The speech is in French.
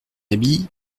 habit